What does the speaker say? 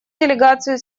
делегацию